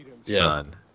son